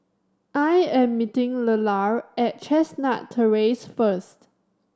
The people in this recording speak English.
I am meeting Lelar at Chestnut Terrace first